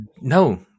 No